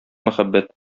мәхәббәт